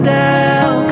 down